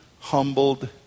humbled